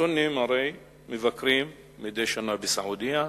הסונים הרי מבקרים מדי שנה בסעודיה.